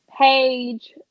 page